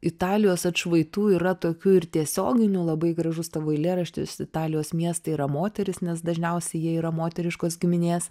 italijos atšvaitų yra tokių ir tiesioginių labai gražus tavo eilėraštis italijos miestai yra moterys nes dažniausiai jie yra moteriškos giminės